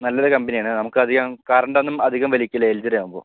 നല്ലൊരു കമ്പനിയാണ് നാമക്കധികം കറൻറ്റൊന്നും അധികം വലിക്കില്ല എൽ ജിടെ ആകുമ്പോൾ